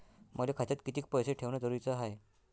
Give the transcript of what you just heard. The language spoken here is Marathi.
मले माया खात्यात कितीक पैसे ठेवण जरुरीच हाय?